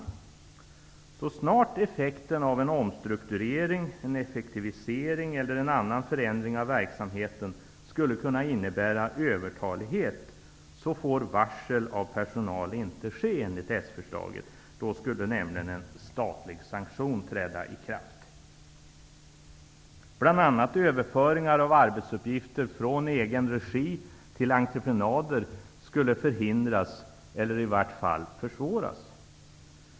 Så snart effekten av en omstrukturering, effektivisering eller annan förändring av verksamheten skulle kunna innebära övertalighet får varsel av personal inte ske enligt s-förslaget. Då skulle nämligen en statlig sanktion träda i kraft. Bl.a. överföringar av arbetsuppgifter från egen regi till entreprenader skulle förhindras eller i varje fall försvåras.